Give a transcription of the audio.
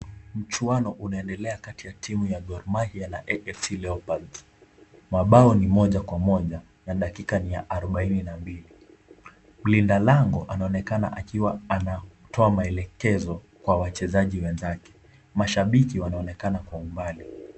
Mchuano unaendelea kati ya timu ya Gor Mahia na AFC Leopards. Mabao ni moja kwa moja na dakika ni ya arubaini na mbili. Mlinda lango anaonekana akiwa anatoa maelekezo kwa wachezaji wenzake. Mashabiki wanaonekana kwa umbali.